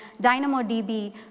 DynamoDB